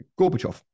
Gorbachev